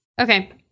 Okay